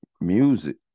Music